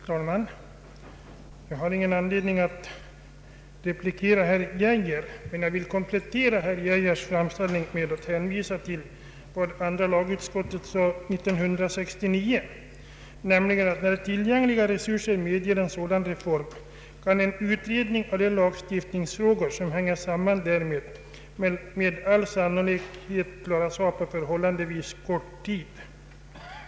Herr talman! Jag har ingen anledning att invända något mot vad herr Geijer sade. Men jag vill komplettera herr Geijers framställning med att hänvisa till vad andra lagutskottet sade 1969 om sänkt pensionsålder, nämligen att när tillgängliga resurser medger en sådan reform, kan en utvidgning av de lagstiftningsfrågor som hänger samman därmed med all sannolikhet klaras av på förhållandevis kort tid.